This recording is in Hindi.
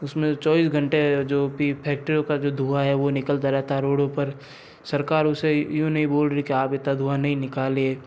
उसमें चौबीस घंटे जो भी फैक्ट्रियों का जो धुआँ है वो निकलता रहता है रोडों पर सरकार उसे यूँ नहीं बोल रही है कि आप इतना धुआँ नहीं निकालिए